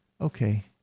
okay